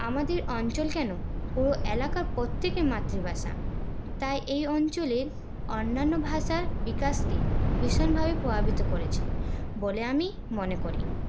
আমাদের অঞ্চল কেন পুরো এলাকার প্রত্যেকের মাতৃভাষা তাই এই অঞ্চলের অন্যান্য ভাষার বিকাশকে ভীষণভাবে প্রভাবিত করেছে বলে আমি মনে করি